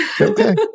Okay